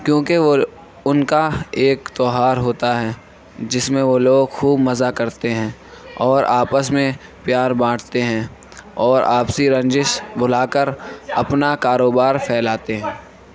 کیونکہ وہ اُن کا ایک تہوار ہوتا ہے جس میں وہ لوگ خوب مزہ کرتے ہیں اور آپس میں پیار بانٹتے ہیں اور آپسی رنجش بھلا کر اپنا کاروبار پھیلاتے ہیں